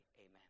amen